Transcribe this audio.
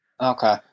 Okay